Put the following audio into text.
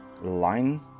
line